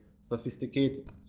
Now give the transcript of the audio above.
sophisticated